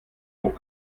hoch